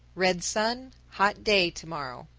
red sun, hot day to-morrow.